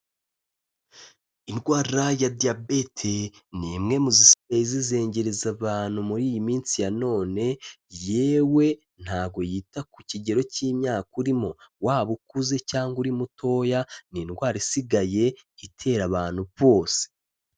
Indwara ya Diyabete, ni imwe mu zisigaye zizengereza abantu muri iyi minsi ya none, yewe ntago yita ku kigero cy'imyaka urimo, waba ukuze cyangwa uri mutoya, ni indwara isigaye itera abantu bose.